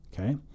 okay